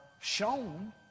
shown